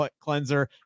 cleanser